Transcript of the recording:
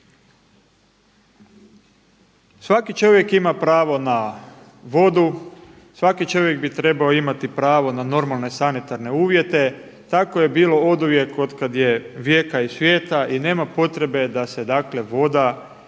svaki čovjek ima pravo na vodu, svaki čovjek bi trebao imati pravo na normalne sanitarne uvjete. Tako je bilo oduvijek od kad je vijeka i svijeta i nema potrebe, da se dakle